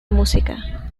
música